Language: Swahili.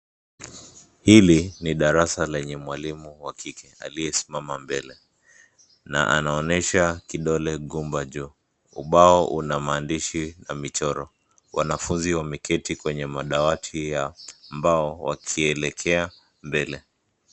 Hili ni darasa lenye mwalimu wa kike aliyesimama mbele, na anaonyesha kidole gumba juu. Ubao una maandishi na michoro. Wanafunzi wameketi kwenye madawati ya mbao wakielekea mbele.